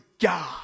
God